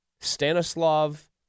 Stanislav